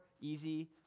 easy